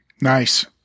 Nice